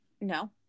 no